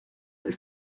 del